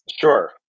sure